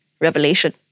revelation